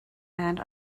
and